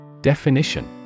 Definition